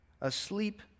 asleep